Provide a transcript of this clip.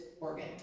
organ